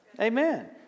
Amen